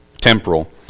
temporal